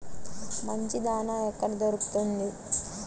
మంచి దాణా ఎక్కడ దొరుకుతుంది?